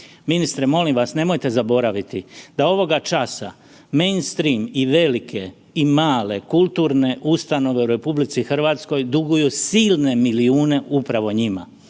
Ministre molim vas, nemojte zaboraviti da ovoga časa mainstream i velike i male kulturne ustanove u RH duguju silne milijune upravo njima